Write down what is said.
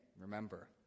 remember